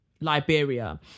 Liberia